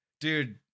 dude